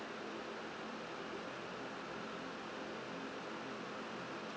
january end